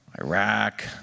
Iraq